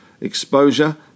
exposure